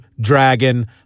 dragon